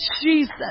Jesus